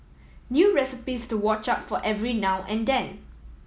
new recipes to watch out for every now and then